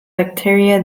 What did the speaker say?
bacteria